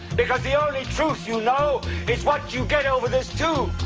because the only truth you know is what you get over this tube.